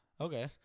Okay